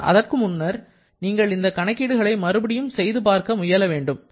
ஆனால் அதற்கு முன்னர் நீங்கள் இந்த கணக்கீடுகளை மறுபடியும் செய்து பார்க்க முயல வேண்டும்